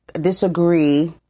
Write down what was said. disagree